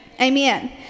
Amen